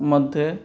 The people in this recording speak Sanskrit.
मध्ये